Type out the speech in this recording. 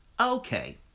Okay